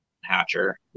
Hatcher